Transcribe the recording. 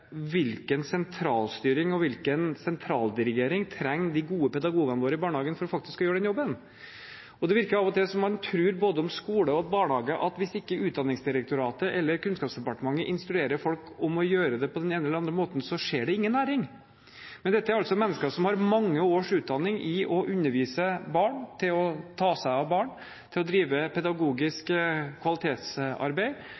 Hvilken sentralstyring og hvilken sentraldirigering trenger de gode pedagogene våre i barnehagen for faktisk å gjøre den jobben? Det virker av og til som man tror om både skole og barnehage at hvis ikke Utdanningsdirektoratet eller Kunnskapsdepartementet instruerer folk til å gjøre det på den ene eller den andre måten, skjer det ingen læring. Men dette er altså mennesker som har mange års utdanning i å undervise barn, i å ta seg av barn, til å drive